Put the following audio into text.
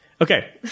okay